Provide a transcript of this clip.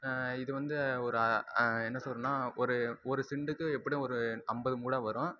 இது வந்து ஒரு என்ன சொல்கிறதுனா ஒரு ஒரு சென்டுக்கு எப்படியும் ஒரு ஐம்பது மூடை வரும்